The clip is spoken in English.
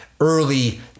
early